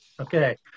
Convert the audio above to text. Okay